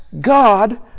God